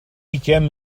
ugain